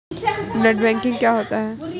Net banking क्या होता है?